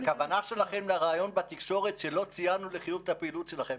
הכוונה שלכם בריאיון בתקשורת הייתה שלא ציינו לחיוב את הפעילות שלכם.